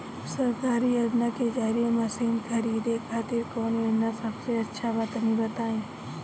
सरकारी योजना के जरिए मशीन खरीदे खातिर कौन योजना सबसे अच्छा बा तनि बताई?